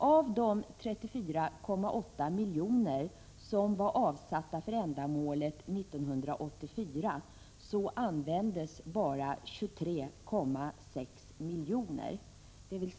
Av de 34,8 milj.kr. som var avsatta för ändamålet 1984 användes bara 23,6 milj.kr.